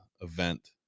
event